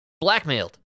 blackmailed